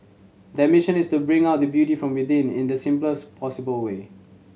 their mission is to bring out the beauty from within in the simplest possible way